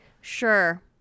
Sure